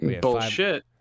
Bullshit